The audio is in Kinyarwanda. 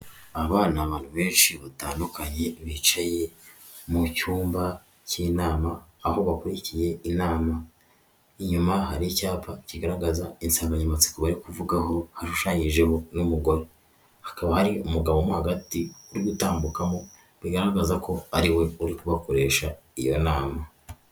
Aba ni abantu benshi batandukanye bicaye mu cyumba cy'inama aho bakurikiye inama, inyuma hari icyapa kigaragaza insanganyamatsiko bari kuvugaho hashushanyijeho n'umugore, hakaba ari umugabo mo hagati uri gutambukamo bigaragaza ko ariwe uri kubakoresha iyo nama.